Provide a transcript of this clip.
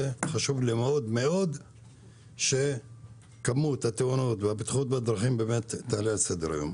וחשוב לי מאוד שכמות התאונות והבטיחות בדרכים תעלה על סדר היום.